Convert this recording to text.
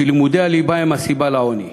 שלימודי הליבה הם הסיבה לעוני,